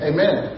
Amen